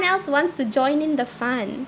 else wants to join in the fun